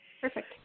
Perfect